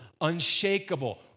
unshakable